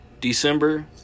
December